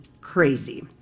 crazy